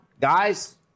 guys